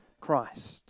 Christ